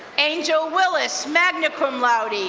angel willis, magna cum laude,